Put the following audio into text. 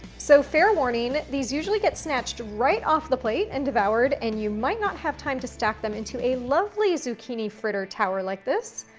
so, fair warning. these usually get snatched right off the plate and devoured, and you might not have time to stack them into a lovely zucchini fritter tower like this.